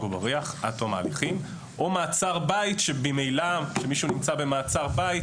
ובריח עד תום ההליכים או מעצר בית שממילא כשמישהו נמצא במעצר בית,